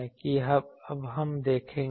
कि अब हम देखेंगे